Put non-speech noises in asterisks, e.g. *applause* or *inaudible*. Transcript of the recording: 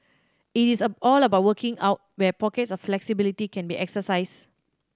it is *unintelligible* all about working out where pockets of flexibility can be exercised